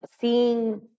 seeing